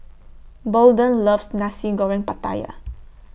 Bolden loves Nasi Goreng Pattaya